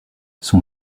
son